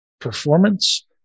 performance